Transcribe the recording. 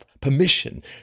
permission